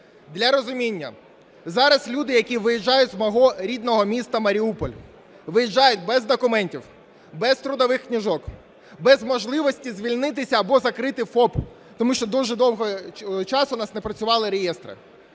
Для розуміння. Зараз люди, які виїжджають з мого рідного міста Маріуполь, виїжджають без документів, без трудових книжок, без можливості звільнитися або закрити ФОП, тому що дуже довгий час у нас не працювали реєстри.